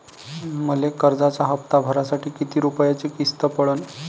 मले कर्जाचा हप्ता भरासाठी किती रूपयाची किस्त पडन?